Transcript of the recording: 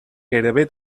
gairebé